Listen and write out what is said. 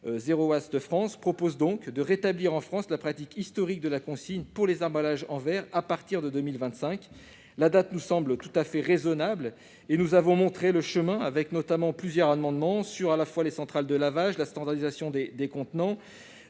Zero Waste France, a donc pour objet de rétablir en France la pratique historique de la consigne pour les emballages en verre à partir de 2025. La date nous semble tout à fait raisonnable, et nous avons montré le chemin avec plusieurs amendements qui visaient notamment les centrales de lavage, la standardisation des contenants